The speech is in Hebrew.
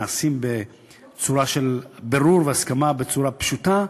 נעשים בצורה של בירור והסכמה בצורה פשוטה,